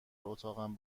اتاقم